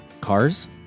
Cars